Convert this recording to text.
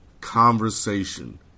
conversation